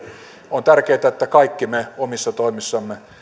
on tärkeätä että kaikki me omissa toimissamme